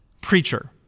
Preacher